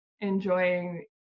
enjoying